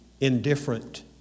indifferent